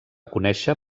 conèixer